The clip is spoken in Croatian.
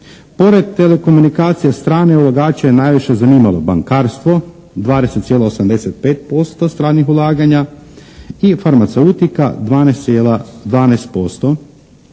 Pored telekomunikacija strane ulagače je najviše zanimalo bankarstvo 20,85% stranih ulaganja i farmaceutika 12,12%.